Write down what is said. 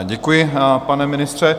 Děkuji, pane ministře.